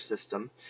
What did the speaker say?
system